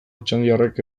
otxandiarrek